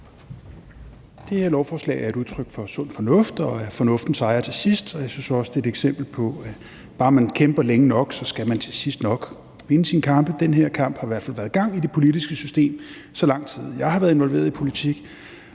Det her lovforslag er et udtryk for sund fornuft, og for at fornuften sejrer til sidst. Jeg synes også, det er et eksempel på, at bare man kæmper længe nok, så skal man til sidst nok vinde sine kampe. Den her kamp har i hvert fald været i gang i det politiske system, så lang tid jeg har været involveret i politik,